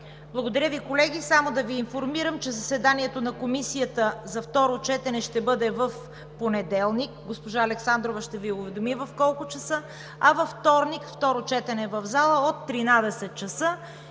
Благодаря Ви, колеги. Само да Ви информирам, че заседанието на Комисията за второ четене ще бъде в понеделник. Госпожа Александрова ще Ви уведоми в колко часа, а във вторник – второ четене в залата от 13,00 ч.